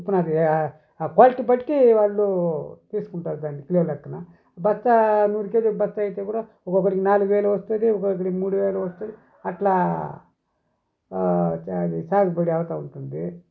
మరి ఆ క్వాలిటీ బట్టి వాళ్ళు తీసుకుంటారు దాన్ని కిలోల లెక్కన బస్తా నూరు కేజీల బస్తా అయితే కూడా ఒకొక్కరికి నాలుగు వేలు వస్తది ఒకొక్కరికి మూడు వేలు వస్తుంది అట్లా సాగుబడి అవుతూ ఉంటుంది